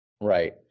Right